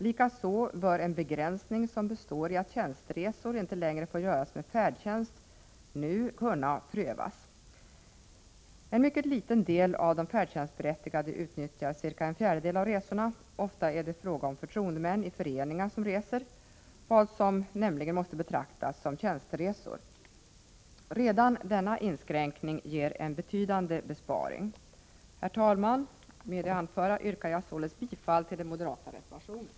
Likaså bör en begränsning som består i att tjänsteresor inte längre får göras med färdtjänst nu kunna prövas. En mycket liten del av de färdtjänstberättigade utnyttjar cirka en fjärdedel av resorna, och ofta är det förtroendemän i föreningar som reser — vad som nämligen måste betraktas som tjänsteresor. Redan denna inskränkning ger en betydande besparing. Herr talman! Med det anförda yrkar jag således bifall till den moderata reservationen.